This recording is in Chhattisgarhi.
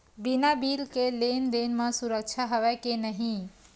बिना बिल के लेन देन म सुरक्षा हवय के नहीं?